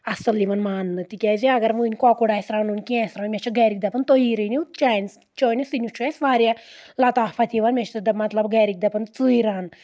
اَصٕل یِوان ماننہٕ تِکیازِ اگر وٕنۍ کۄکُر آسہِ رَنُن کینٛہہ آسہِ رَنُن مےٚ چھِ گَرِکۍ دَپان تُہی رٔنیو چٲنِس چٲنِس سِنِس چھُ اَسہِ واریاہ لطافت یِوان مےٚ چھِ مطلب گَرِکۍ دَپان ژٕے رَن